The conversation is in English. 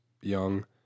young